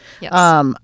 Yes